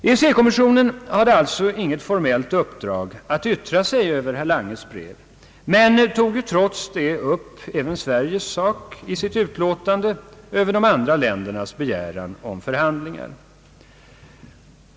EEC-kommissionen hade alltså inget formellt uppdrag att yttra sig över herr Langes brev, men tog trots detta upp även Sveriges sak i sitt utlåtande över de andra ländernas begäran om förhandlingar.